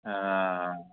आं